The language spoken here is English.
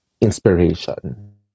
inspiration